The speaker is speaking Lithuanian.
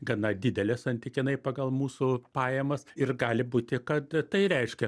gana didelės santykinai pagal mūsų pajamas ir gali būti kad tai reiškia